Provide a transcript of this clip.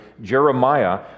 Jeremiah